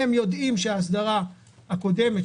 הם יודעים שההסדרה הקודמת,